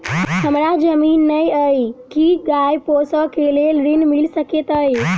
हमरा जमीन नै अई की गाय पोसअ केँ लेल ऋण मिल सकैत अई?